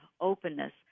openness